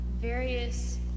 various